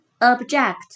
Object